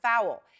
foul